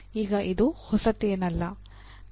ಈಗ ಇದು ಹೊಸತೇನಲ್ಲ